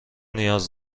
نیاز